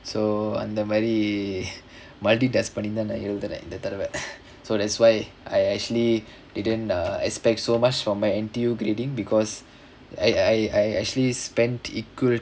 so அந்தமாரி:anthamaari multitask பண்ணிதா நா எழுதுனே இந்த தடவ:pannithaa naa eluthunae intha thadava so that's why I actually didn't err expect so much from my N_T_U grading because I I I actually spent equal